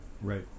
right